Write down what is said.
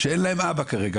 שאין להם אבא כרגע.